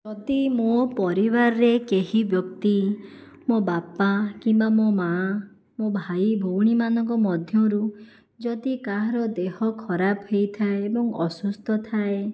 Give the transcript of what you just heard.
ଯଦି ମୋ ପରିବାରରେ କେହି ବ୍ୟକ୍ତି ମୋ ବାପା କିମ୍ବା ମୋ ମାଆ ମୋ ଭାଇଭଉଣୀ ମାନଙ୍କ ମଧ୍ୟରୁ ଯଦି କାହାର ଦେହ ଖରାପ ହୋଇଥାଏ ଏବଂ ଅସୁସ୍ଥ ଥାଏ